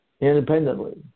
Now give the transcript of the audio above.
independently